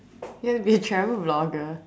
you will be a travel vlogger